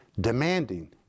demanding